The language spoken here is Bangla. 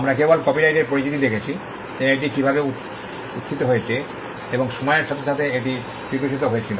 আমরা কেবল কপিরাইটের পরিচিতি দেখেছি এবং এটি কীভাবে উত্থিত হয়েছে এবং সময়ের সাথে সাথে এটি বিকশিত হয়েছিল